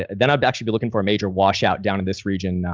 then i'd actually be looking for a major washout down in this region,